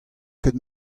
ket